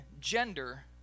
gender